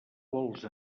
vols